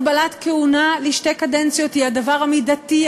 הגבלת כהונה לשתי קדנציות היא הדבר המידתי,